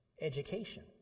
Education